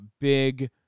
big